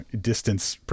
distance